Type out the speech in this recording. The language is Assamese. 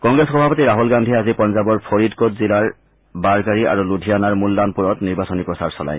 কংগ্ৰেছ সভাপতি ৰাহুল গান্ধীয়ে আজি পাঞ্জাৱৰ ফৰিদ কোদ জিলাৰ বাৰগাৰী আৰু লুধিয়ানাৰ মুল্লানপুৰত নিৰ্বাচনী প্ৰচাৰ চলায়